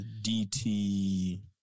DT